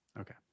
Okay